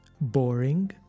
Boring